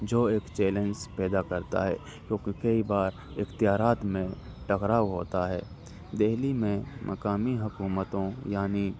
جو ایک چیلنج پیدا کرتا ہے کیونکہ کئی بار اختیارات میں ٹکراؤ ہوتا ہے دہلی میں مقامی حکومتوں یعنی